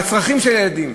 בצרכים של הילדים.